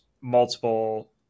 multiple